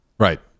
Right